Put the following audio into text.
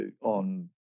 On